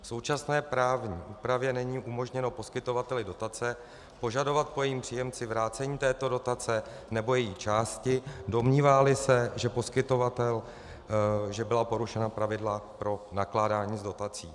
V současné právní úpravě není umožněno poskytovateli dotace požadovat po jejím příjemci vrácení této dotace nebo její části, domníváli se poskytovatel, že byla porušena pravidla pro nakládání s dotací.